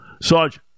Sarge